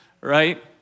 right